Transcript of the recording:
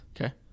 okay